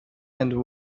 and